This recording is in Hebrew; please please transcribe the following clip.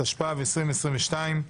התשפ"ב 2022,